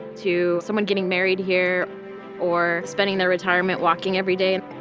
to someone getting married here or spending their retirement walking every day.